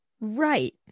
Right